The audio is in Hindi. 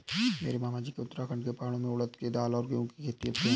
मेरे मामाजी उत्तराखंड के पहाड़ों में उड़द के दाल और गेहूं की खेती करते हैं